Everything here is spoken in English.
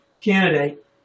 candidate